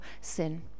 sin